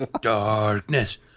Darkness